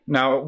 Now